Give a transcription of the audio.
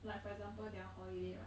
like for example their holiday right